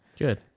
Good